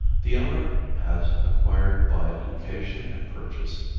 the owner has acquired by location and purchase,